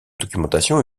documentation